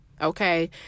Okay